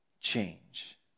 change